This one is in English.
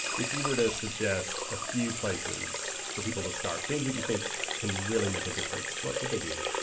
if you were to suggest a few places for people to start, things that you think can really make a difference, what would they be?